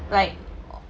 like